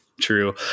true